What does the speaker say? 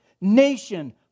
nation